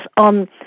on